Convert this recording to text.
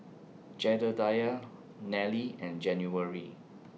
Jedediah Nellie and January